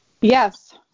Yes